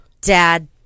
dad